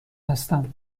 هستم